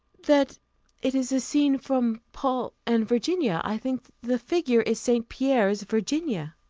that it is a scene from paul and virginia. i think the figure is st. pierre's virginia.